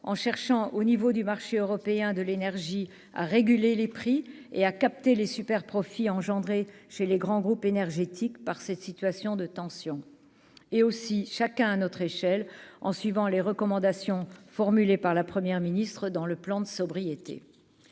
en cherchant au niveau du marché européen de l'énergie à réguler les prix et à capter les super profits engendrés chez les grands groupes énergétiques par cette situation de tension. Et aussi, chacun à notre échelle, en suivant les recommandations formulées par la première ministre dans le plan de sobriété